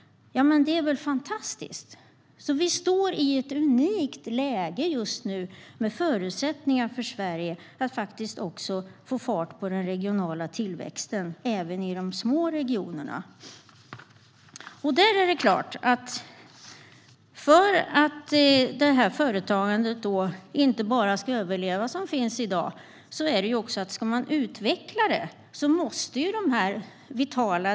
Det vore väl fantastiskt. Vi befinner oss just nu i ett unikt läge med förutsättningar för Sverige att få fart på den regionala tillväxten, även i de små regionerna. För att det företagande som finns i dag inte bara ska överleva krävs det att de vitala delarna ska fungera, om man ska utveckla företagen.